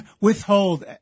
withhold